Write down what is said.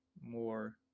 more